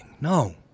No